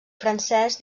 francès